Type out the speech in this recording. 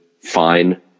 fine